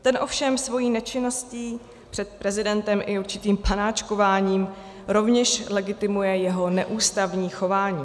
Ten ovšem svou nečinností před prezidentem i určitým panáčkováním rovněž legitimuje jeho neústavní chování.